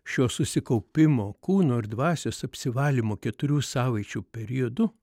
šio susikaupimo kūno ir dvasios apsivalymo keturių savaičių periodu